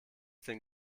den